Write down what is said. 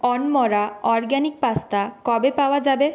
Anmara organic pasta কবে পাওয়া যাবে